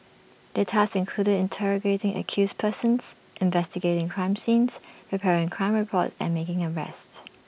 their tasks included interrogating accused persons investigating crime scenes preparing crime reports and making arrests